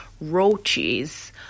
roaches